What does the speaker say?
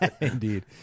Indeed